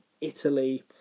Italy